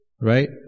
right